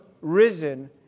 risen